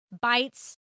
bites